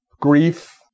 grief